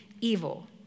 evil